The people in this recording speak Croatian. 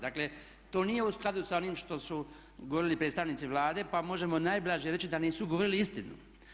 Dakle, to nije u skladu sa onim što su govorili predstavnici Vlade, pa možemo najblaže reći da nisu govorili istinu.